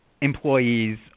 employees